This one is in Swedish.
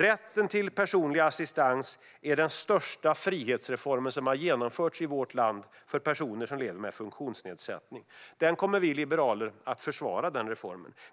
Rätten till personlig assistans är den största frihetsreform som har genomförts i vårt land för personer som lever med funktionsnedsättning. Denna reform kommer vi liberaler att försvara.